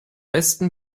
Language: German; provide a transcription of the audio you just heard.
besten